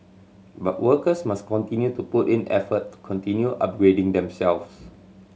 but workers must continue to put in effort to continue upgrading themselves